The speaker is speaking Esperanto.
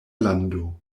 lando